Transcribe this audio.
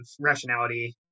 rationality